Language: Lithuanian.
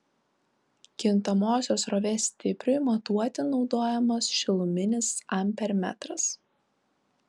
kintamosios srovės stipriui matuoti naudojamas šiluminis ampermetras